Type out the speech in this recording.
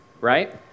right